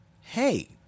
hey